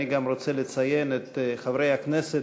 אני גם רוצה לציין את חברי הכנסת,